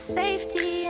safety